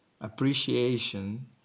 appreciation